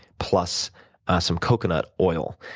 plus some coconut oil.